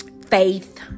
Faith